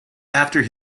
after